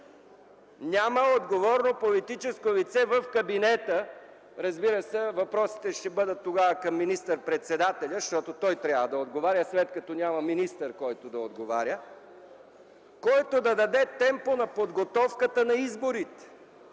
Няма отговорно политическо лице от кабинета. Разбира се, тогава въпросите ще бъдат към министър-председателя, защото той трябва да отговаря, след като няма министър, който да отговаря, който да даде темпо на подготовката на изборите.